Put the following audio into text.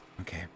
Okay